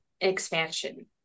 expansion